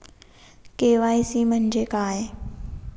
KYC म्हणजे काय?